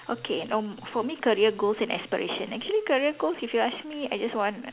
okay for for me career goals and aspiration actually career goals if you ask me I just want